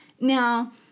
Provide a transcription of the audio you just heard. Now